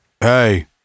hey